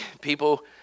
People